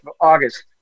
August